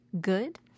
good